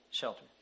shelter